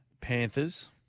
Panthers